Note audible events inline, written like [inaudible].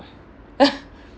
[laughs]